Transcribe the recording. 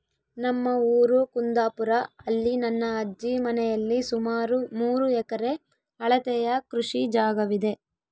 ನಮ್ಮ ಊರು ಕುಂದಾಪುರ, ಅಲ್ಲಿ ನನ್ನ ಅಜ್ಜಿ ಮನೆಯಲ್ಲಿ ಸುಮಾರು ಮೂರು ಎಕರೆ ಅಳತೆಯ ಕೃಷಿ ಜಾಗವಿದೆ